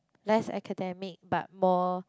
less academic but more